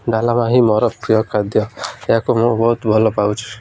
ଡାଲମା ହିଁ ମୋର ପ୍ରିୟ ଖାଦ୍ୟ ଏହାକୁ ମୁଁ ବହୁତ ଭଲ ପାଉଛି